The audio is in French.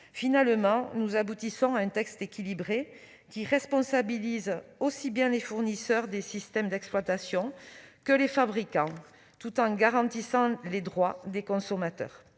Finalement, nous aboutissons à un texte équilibré, qui responsabilise aussi bien les fournisseurs des systèmes d'exploitation que les fabricants, tout en garantissant les droits des consommateurs.